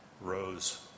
rose